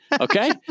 Okay